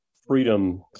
freedom